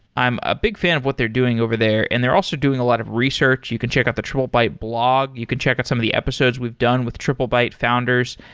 i'm a big fan of what they're doing over there and they're also doing a lot of research. you can check out the triplebyte blog. you can check out some of the episodes we've done with triplebyte founders.